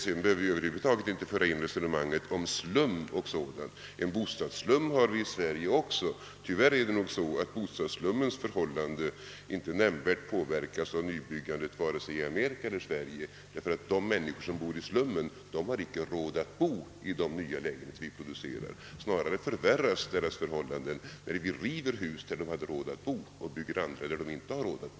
Sedan bör vi över huvud taget inte föra in i resonemanget slum och sådant, ty en bostadsslum finns även i Sverige. Tyvärr påverkas bostadsslummens förhållanden inte nämnvärt — vare sig i Amerika eller i Sverige — av nybyggandet, ty de människor som bor i slummen har inte råd att hyra de nya lägenheter vi producerar. Snarare förvärras deras förhållanden när vi river hus, där de hade råd att bo, och bygger andra, där de inte har råd att bo.